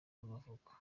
y’amavuko